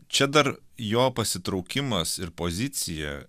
čia dar jo pasitraukimas ir pozicija